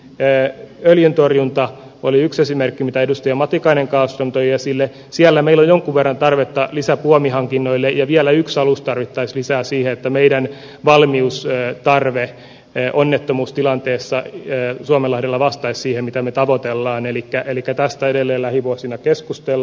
ja öljyntorjunta oli yksi esimerkki mitä edustaja matikainen kallström toi esille siellä meille jo veren tarvetta lisäpuomihankinnoille ja vielä yksalus tarvittaisiin saa siinä että meidän wallenius lee parvekkeeonnettomuustilanteessa suomenlahdella vastaisi emmekä me tavoitellaan elikkä mikä taas täydelle lähivuosina keskustelu